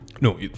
no